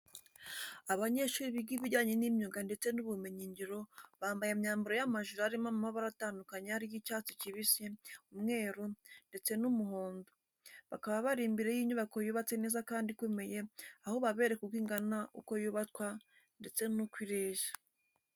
Abanyeshuri biga ibijyanye n'imyuga ndetse n'ubumenyingiro, bambaye imyambaro y'amajire arimo amabara atandukanye ari yo icyatsi kibisi, umweru, ndetse n'umuhondo, bakaba bari imbere y'inyubako yubatse neza kandi ikomeye aho babereka uko ingana uko yubakwa ndetse n'uko ireshya.